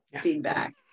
feedback